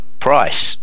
price